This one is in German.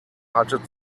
hatte